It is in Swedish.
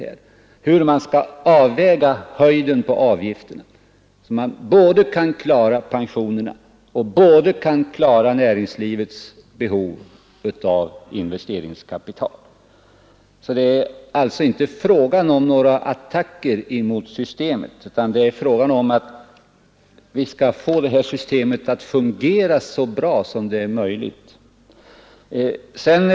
Den gäller hur man skall avväga avgifternas storlek så att fonderna kan klara både pensionerna och näringslivets behov av investeringskapital. Det är alltså inte fråga om några attacker mot systemet utan om att vi skall få systemet att fungera så bra som det över huvud taget är möjligt.